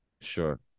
Sure